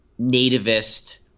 nativist